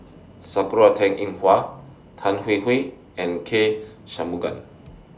Sakura Teng Ying Hua Tan Hwee Hwee and K Shanmugam